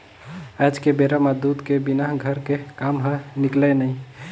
आज के बेरा म दूद के बिना घर के काम ह निकलय नइ